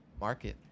market